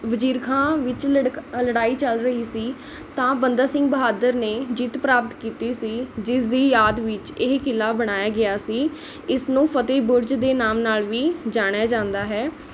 ਵਜ਼ੀਰ ਖਾਂ ਵਿੱਚ ਲੜਕ ਲੜਾਈ ਚੱਲ ਰਹੀ ਸੀ ਤਾਂ ਬੰਦਾ ਸਿੰਘ ਬਹਾਦਰ ਨੇ ਜਿੱਤ ਪ੍ਰਾਪਤ ਕੀਤੀ ਸੀ ਜਿਸਦੀ ਯਾਦ ਵਿੱਚ ਇਹ ਕਿਲ੍ਹਾ ਬਣਾਇਆ ਗਿਆ ਸੀ ਇਸ ਨੂੰ ਫਤਿਹ ਬੁਰਜ਼ ਦੇ ਨਾਮ ਨਾਲ਼ ਵੀ ਜਾਣਿਆ ਜਾਂਦਾ ਹੈ